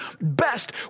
best